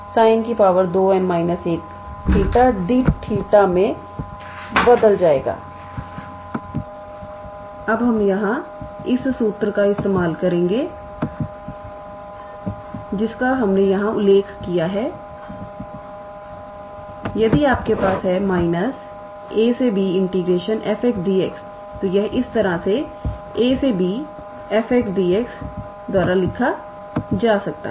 तो यह −2 𝜋 20 𝑐𝑜𝑠2𝑚−1𝜃𝑠𝑖𝑛2𝑛−1𝜃 𝑑𝜃 मे बदल जाएगा अब हम उस सूत्र या गुण का उपयोग करेंगे जिसका हमने यहां उल्लेख किया है कि यदि आपके पास है − ab𝑓𝑥𝑑𝑥 तो यह इस तरह से ab𝑓𝑥𝑑𝑥 लिखा जा सकता है